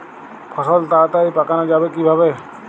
ফসল তাড়াতাড়ি পাকানো যাবে কিভাবে?